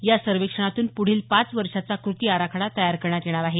या सर्वेक्षणातून पुढील पाच वर्षाचा कृती आराखडा तयार करण्यात येणार आहे